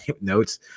notes